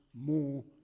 more